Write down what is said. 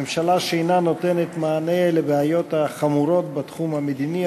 ממשלה שאינה נותנת מענה לבעיות החמורות בתחום המדיני,